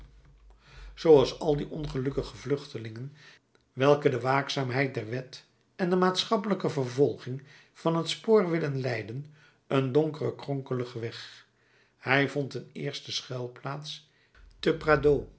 zooals al die ongelukkige vluchtelingen welke de waakzaamheid der wet en de maatschappelijke vervolging van het spoor willen leiden een donkeren kronkeligen weg hij vond een eerste schuilplaats te